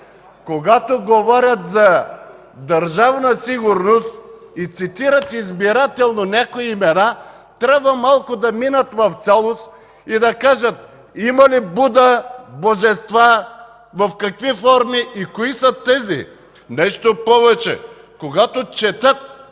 Когато говорят за Държавна сигурност и цитират избирателно някои имена, трябва малко да минат в цялост и да кажат има ли Буда божества, в какви форми и кои са тези? Нещо повече, когато четат